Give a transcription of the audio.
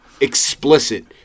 explicit